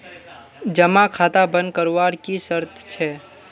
जमा खाता बन करवार की शर्त छे?